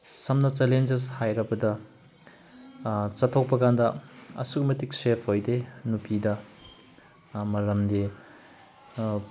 ꯁꯝꯅ ꯆꯦꯂꯦꯟꯖꯦꯁ ꯍꯥꯏꯔꯕꯗ ꯆꯠꯊꯣꯛꯄ ꯀꯥꯟꯗ ꯑꯗꯨꯛꯀꯤ ꯃꯇꯤꯛ ꯁꯦꯐ ꯑꯣꯏꯗꯦ ꯅꯨꯄꯤꯗ ꯃꯔꯝꯗꯤ